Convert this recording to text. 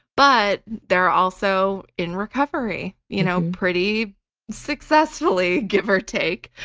but they are also in recovery. you know pretty successfully give or take,